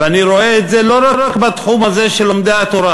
ואני רואה את זה לא רק בתחום הזה של לומדי התורה.